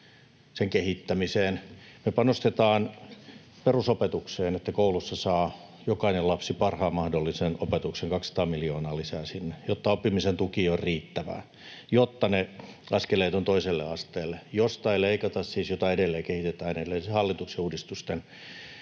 sen kehittämiseen. Me panostetaan perusopetukseen 200 miljoonaa lisää, jotta koulussa saa jokainen lapsi parhaan mahdollisen opetuksen, jotta oppimisen tuki on riittävää ja jotta ovat ne askeleet toiselle asteelle, josta siis ei leikata ja jota edelleen kehitetään edellisen hallituksen uudistusten